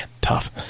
tough